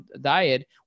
diet